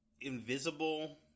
invisible